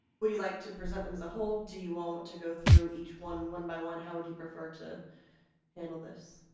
would you like to present them as a whole do you ah want to go through each one one by one how would you prefer to handle this